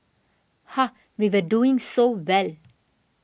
ha we were doing so well